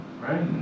right